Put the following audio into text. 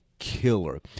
killer